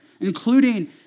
including